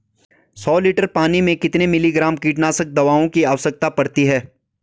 सौ लीटर पानी में कितने मिलीग्राम कीटनाशक दवाओं की आवश्यकता पड़ती है?